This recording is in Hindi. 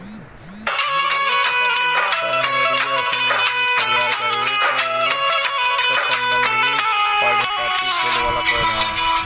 प्लमेरिया एपोसिनेसी परिवार का एक उष्णकटिबंधीय, पर्णपाती फूल वाला पौधा है